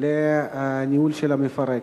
לניהול של המפרק,